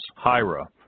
Hira